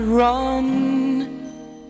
Run